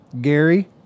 Gary